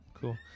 Cool